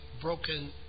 broken